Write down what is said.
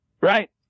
right